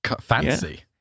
fancy